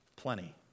plenty